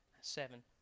Seven